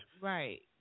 Right